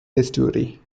estuary